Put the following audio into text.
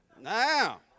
Now